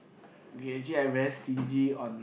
okay actually I very stingy on